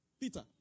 peter